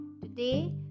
Today